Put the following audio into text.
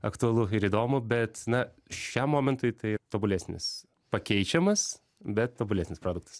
aktualu ir įdomu bet na šiam momentui tai tobulesnis pakeičiamas bet tobulesnis produktas